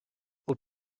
aux